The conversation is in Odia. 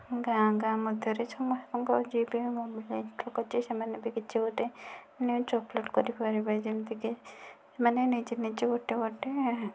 ଗାଁ ଗାଁ ମଧ୍ୟରେ ସମସ୍ତଙ୍କ ଜିଦରେ ସେମାନେ ବି କିଛି ଗୋଟିଏ କରିପାରିବେ ଯେମିତିକି ମାନେ ନିଜେ ନିଜେ ଗୋଟିଏ ଗୋଟିଏ